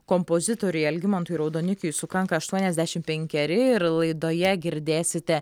kompozitoriui algimantui raudonikiui sukanka aštuoniasdešimt penkeri ir laidoje girdėsite